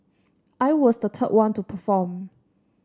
I was the third one to perform